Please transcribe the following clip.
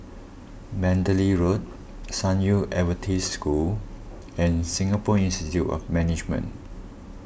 Mandalay Road San Yu Adventist School and Singapore Institute of Management